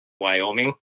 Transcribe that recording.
Wyoming